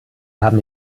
haben